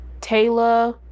Taylor